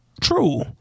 True